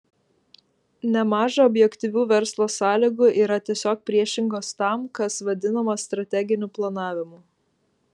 nemaža objektyvių verslo sąlygų yra tiesiog priešingos tam kas vadinama strateginiu planavimu